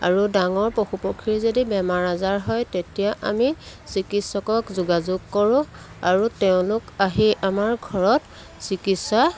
আৰু ডাঙৰ পশু পক্ষীৰ যদি বেমাৰ আজাৰ হয় তেতিয়া আমি চিকিৎসকক যোগাযোগ কৰোঁ আৰু তেওঁলোক আহি আমাৰ ঘৰত চিকিৎসা